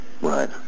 Right